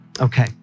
Okay